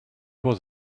was